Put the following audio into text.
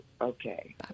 Okay